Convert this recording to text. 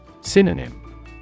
Synonym